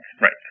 right